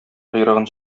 койрыгын